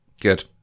Good